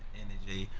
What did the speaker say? energy,